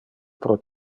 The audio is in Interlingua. pro